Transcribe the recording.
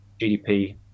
GDP